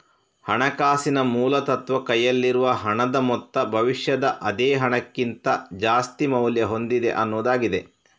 ಹಣಕಾಸಿನ ಮೂಲ ತತ್ವ ಕೈಯಲ್ಲಿರುವ ಹಣದ ಮೊತ್ತ ಭವಿಷ್ಯದ ಅದೇ ಹಣಕ್ಕಿಂತ ಜಾಸ್ತಿ ಮೌಲ್ಯ ಹೊಂದಿದೆ ಅನ್ನುದಾಗಿದೆ